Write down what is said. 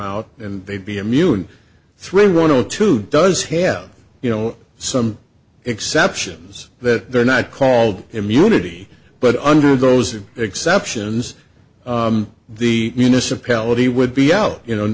out and they'd be immune three one zero two does have you know some exceptions that they're not called immunity but under those are exceptions the municipality would be out you know